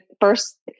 first